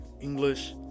English